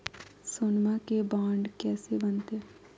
सोनमा के बॉन्ड कैसे बनते?